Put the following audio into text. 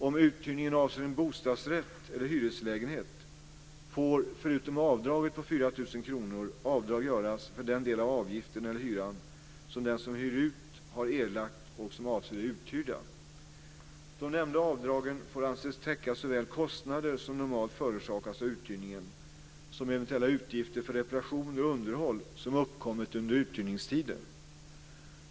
Om uthyrningen avser en bostadsrätt eller hyreslägenhet får, förutom avdraget på 4 000 kr, avdrag göras för den del av avgiften eller hyran som den som hyr ut har erlagt och som avser det uthyrda. De nämnda avdragen får anses täcka såväl kostnader som normalt förorsakas av uthyrningen som eventuella utgifter för reparation och underhåll som uppkommit under uthyrningstiden.